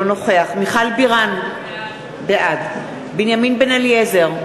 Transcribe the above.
נוכח מיכל בירן, בעד בנימין בן-אליעזר,